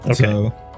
okay